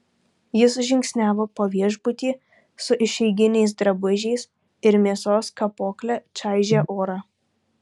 jis žingsniavo po viešbutį su išeiginiais drabužiais ir mėsos kapokle čaižė orą